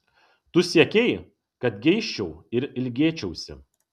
tu siekei kad geisčiau ir ilgėčiausi